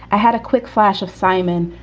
i had a quick flash of simon,